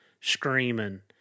screaming